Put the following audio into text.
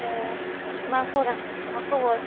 ए मा खौरां मा खबर